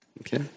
okay